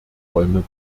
räume